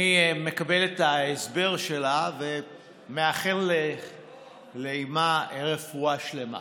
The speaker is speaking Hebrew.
אני מקבל את ההסבר שלה ומאחל לאימה רפואה שלמה,